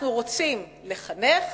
אנחנו רוצים לחנך